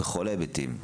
בכל ההיבטים,